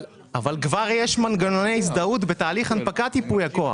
אבל כבר יש מנגנוני הזדהות בתהליך הנפקת ייפוי הכוח.